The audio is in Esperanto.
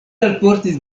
alportis